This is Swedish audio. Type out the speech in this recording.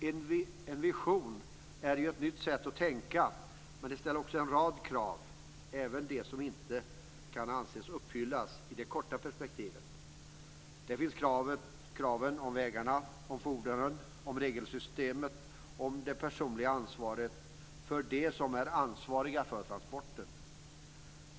En vision är ju ett nytt sätt att tänka men det här ställer också en rad krav, även sådana som inte kan anses bli uppfyllda i det korta perspektivet. Där finns kraven på vägarna, fordonen, regelsystemet och det personliga ansvaret för dem som är ansvariga för transporten.